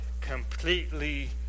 completely